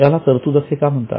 याला तरतूद असे का म्हणतात